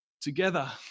together